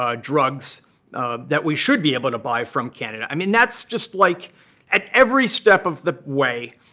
ah drugs that we should be able to buy from canada. i mean, that's just like at every step of the way,